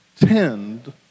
tend